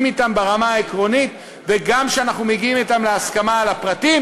אתם ברמה העקרונית וגם כשאנחנו מגיעים אתם להסכמה על הפרטים?